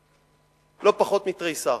החינוך, לא פחות מתריסר.